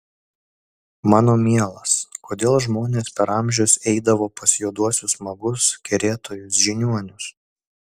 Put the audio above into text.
mano mielas kodėl žmonės per amžius eidavo pas juoduosius magus kerėtojus žiniuonius